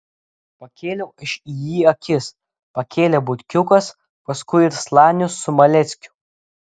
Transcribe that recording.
pakėliau aš į jį akis pakėlė butkiukas paskui ir slanius su maleckiu